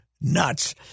nuts